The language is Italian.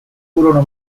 furono